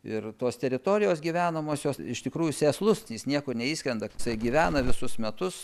ir tos teritorijos gyvenamosios iš tikrųjų sėslus jis niekur neišskrenda jisai gyvena visus metus